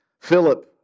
Philip